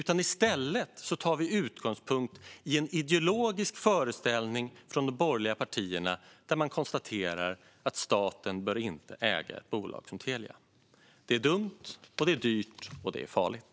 I stället tar vi utgångspunkt i en ideologisk föreställning från de borgerliga partierna där man konstaterar att staten inte bör äga ett bolag som Telia. Det är dumt, dyrt och farligt.